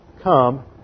come